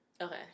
Okay